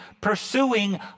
pursuing